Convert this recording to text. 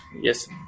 Yes